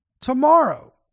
tomorrow